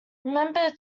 remember